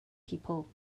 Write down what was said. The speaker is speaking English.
people